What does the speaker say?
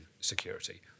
security